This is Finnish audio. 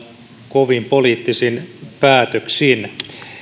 kovin poliittisin päätöksin